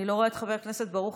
אני לא רואה את חבר הכנסת ברוכי.